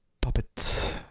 puppet